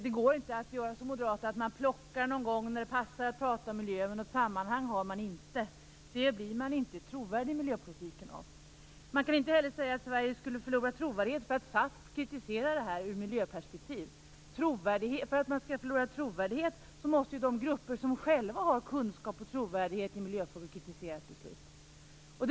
Det går inte att göra som Moderaterna, dvs. plocka någon gång när det passar att prata om miljö. Något sammanhang har man inte. På så sätt blir man inte trovärdig i miljöpolitiken. Man kan inte heller säga att Sverige skulle förlora trovärdighet för att SAF kritiserar det här i ett miljöperspektiv. För att man skall förlora trovärdighet måste de grupper som själva har kunskap och trovärdighet i miljöfrågor kritisera ett beslut.